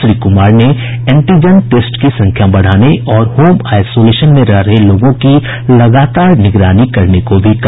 श्री कुमार ने antigen test की संख्या बढ़ाने और होम आईसोलेशन में रह रहे लोगों की लगातार निगरानी करने को भी कहा